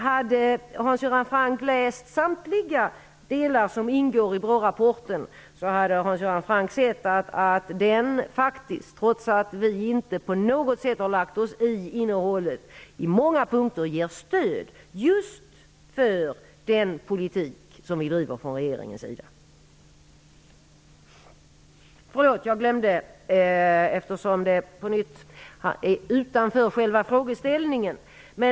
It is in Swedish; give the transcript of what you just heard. Om Hans Göran Franck hade läst samtliga delar av BRÅ-rapporten hade han sett att den faktiskt på många punkter ger stöd för just den politik som regeringen driver, trots att vi inte på något sätt har lagt oss i innehållet. Jag höll på att glömma en sak, eftersom det på nytt är något som ligger utanför den egentliga frågeställningen.